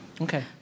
Okay